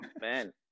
man